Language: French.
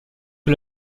que